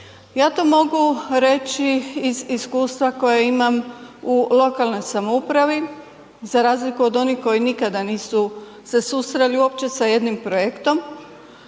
Ja to mogu reći iz iskustva koje imam u lokalnoj samoupravi, za razliku od onih koji nikada nisu se susreli uopće sa jednim projektom